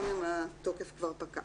גם אם התוקף כבר פקע.